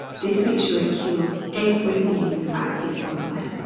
this makes sure it kills everything that is on there.